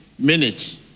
Minute